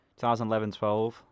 2011-12